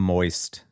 Moist